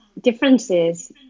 differences